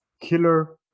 killer